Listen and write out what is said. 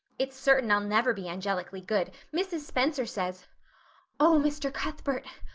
it's certain i'll never be angelically good. mrs. spencer says oh, mr. cuthbert!